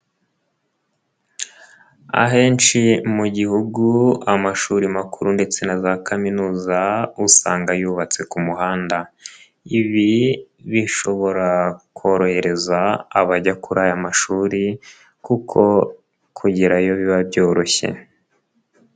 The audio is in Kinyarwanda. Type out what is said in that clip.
Ahenshi mu gihugu amashuri makuru ndetse na za kaminuza usanga yubatse ku muhanda, ibi bishobora korohereza abajya kuri aya mashuri kuko kugerayo biba byoroshye.